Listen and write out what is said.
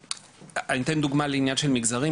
אני אתן דוגמא לעניין של מגזרים.